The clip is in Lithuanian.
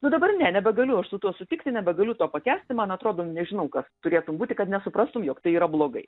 nu dabar ne nebegaliu aš su tuo sutikti nebegaliu to pakęsti man atrodo nežinau kas turėtų būti kad nesuprastum jog tai yra blogai